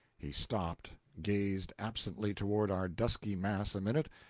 he stopped, gazed absently toward our dusky mass a minute,